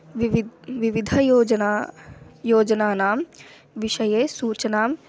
विविधं विविधयोजना योजनानां विषये सूचनां